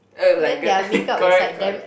oh my god correct correct